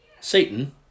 Satan